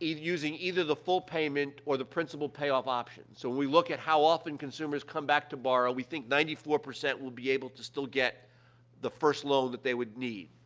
in using either the full-payment or the principal-payoff option. so, when we look at how often consumers come back to borrow, we think ninety four percent will be able to still get the first loan that they would need.